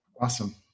Awesome